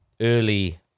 early